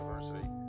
University